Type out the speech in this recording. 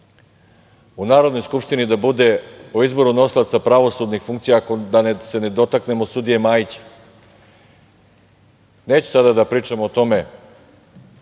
u Narodnoj skupštini o izboru nosilaca pravosudnih funkcija a da se ne dotaknemo sudije Majića. Neću sada da pričam o tome